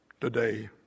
today